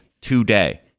today